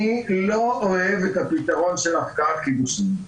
אני לא אוהב את הפתרון של הפקעת קידושין,